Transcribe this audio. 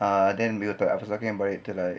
ah then we were I was talking about it till like